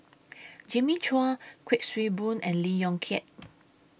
Jimmy Chua Kuik Swee Boon and Lee Yong Kiat